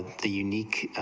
the unique,